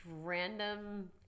Random